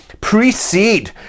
precede